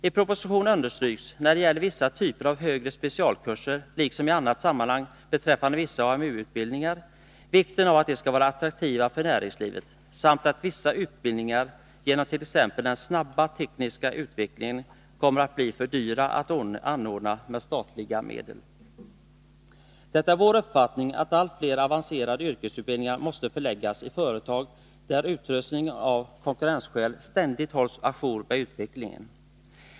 I propositionen understryks när det gäller vissa typer av högre specialkurser, liksom i annat sammanhang beträffande vissa AMU-utbildningar, vikten av att de skall vara attraktiva för näringslivet. Vidare framhålls att vissa utbildningar, t.ex. genom den snabba tekniska utvecklingen, kommer att bli för dyra att anordna med statliga medel. Det är vår uppfattning att allt fler avancerade yrkesutbildningar måste förläggas i företag där utrustningen av konkurrensskäl ständigt hålls å jour med utvecklingen.